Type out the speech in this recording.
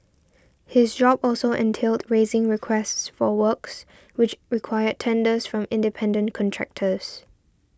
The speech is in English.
his job also entailed raising requests for works which required tenders from independent contractors